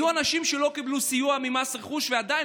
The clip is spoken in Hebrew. יהיו אנשים שלא קיבלו סיוע ממס רכוש ועדיין